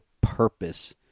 purpose